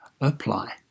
apply